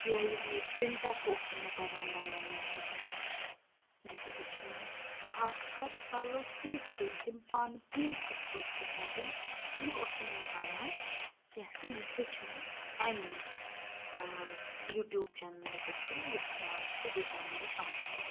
یا یِہٲے پِن ٹَک اوٗس نہٕ مےٚ تَگان بَناوُن کِہیٖنۍ یہِ تہِ ہیٚوچھ مےٚ خاص کَر پَلو سُیِتھ کٔرِتھ یِم پَنہٕ پیٖنٛت کِتھ پٲٹھۍ چھِ ژَٹٕنۍ یہِ اوسُم نہٕ تَگان کینٛہہ تہٕ یہِ ہیٚوچھ مےٚ اَمیٚے ٲں یوٗٹیوٗب چَنلہِ پیٚٹھٕے یَتھ ناو چھُ ڈِزایِن باے آرتی